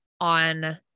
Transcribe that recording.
on